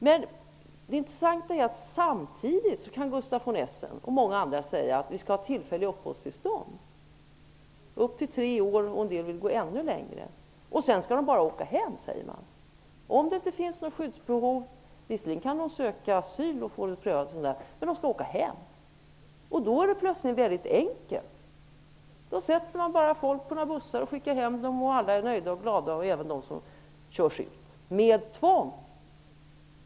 Men det intressanta är att samtidigt kan Gustaf von Essen och många andra säga att det skall finnas tillfälliga uppehållstillstånd. De skall vara upp till tre år eller ännu längre. Sedan skall människorna få åka hem. Om det inte finns något skyddsbehov skall de åka hem -- visserligen kan de söka asyl. Då är det plötsligt väldigt enkelt. Man sätter folk på bussar och skickar hem dem. Alla är nöjda och glada, även de som körs ut med tvång.